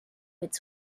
its